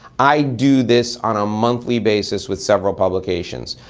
i do this on a monthly basis with several publications.